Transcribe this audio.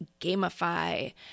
gamify